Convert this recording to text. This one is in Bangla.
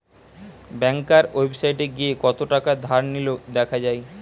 ব্যাংকার ওয়েবসাইটে গিয়ে কত থাকা ধার নিলো দেখা যায়